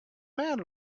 man